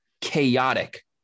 chaotic